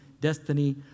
destiny